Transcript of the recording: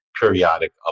periodic